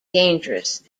dangerous